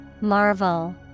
Marvel